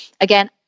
again